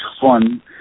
fun